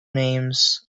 names